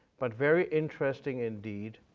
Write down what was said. but very interesting indeed.